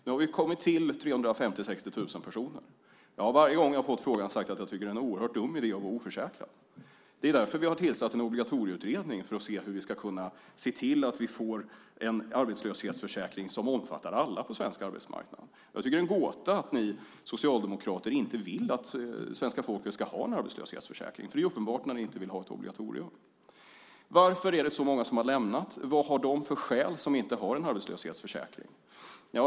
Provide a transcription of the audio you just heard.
Nu har det kommit till 350 000-360 000 personer. Jag har varje gång jag har fått frågan sagt att jag tycker att det är en oerhört dum idé att vara oförsäkrad. Det är därför som vi har tillsatt en obligatorieutredning för att se hur vi ska kunna få en arbetslöshetsförsäkring som omfattar alla på svensk arbetsmarknad. Jag tycker att det är en gåta att ni socialdemokrater inte vill att svenska folket ska ha en arbetslöshetsförsäkring. Det är ju uppenbart när ni inte vill ha ett obligatorium. Varför är det så många som har lämnat? Vad har de för skäl som inte har en arbetslöshetsförsäkring?